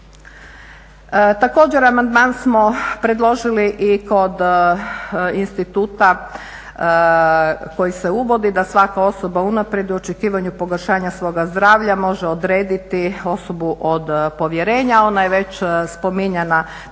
Također, amandman smo predložili i kod instituta koji se uvodi, da svaka osoba unaprijed u očekivanju pogoršanja svoga zdravlja može odrediti osobu od povjerenja, ona je već spominjana,